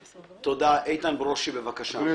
תודה, איתן ברושי בבקשה.